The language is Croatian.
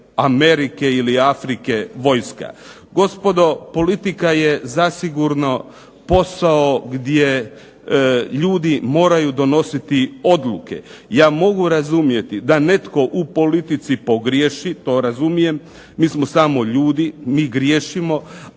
Amerike ili Afrike, vojska. Gospodo, politika je zasigurno posao gdje ljudi moraju donositi odluke. Ja mogu razumjeti da netko u politici pogriješi, to razumijem. Mi smo samo ljudi, mi griješimo,